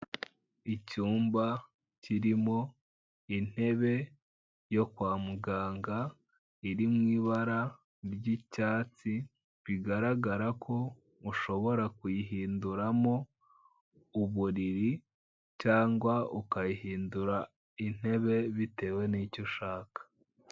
Icyumba kirimo intebe yo kwa muganga iri mu ibara ry'icyatsi, bigaragara ko ushobora kuyihinduramo uburiri cyangwa ukayihindura intebe bitewe n'icyo ushaka.